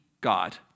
God